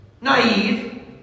naive